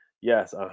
yes